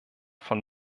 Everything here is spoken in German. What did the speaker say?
von